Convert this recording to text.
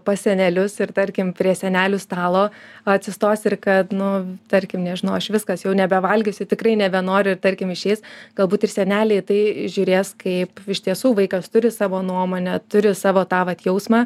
pas senelius ir tarkim prie senelių stalo atsistos ir kad nu tarkim nežinau aš viskas jau nebevalgysiu tikrai nebenoriu ir tarkim išeis galbūt ir seneliai į tai žiūrės kaip iš tiesų vaikas turi savo nuomonę turi savo tą vat jausmą